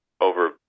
over